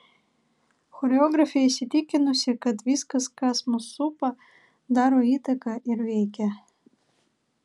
choreografė įsitikinusi kad viskas kas mus supa daro įtaką ir veikia